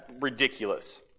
ridiculous